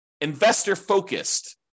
investor-focused